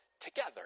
together